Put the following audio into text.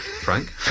Frank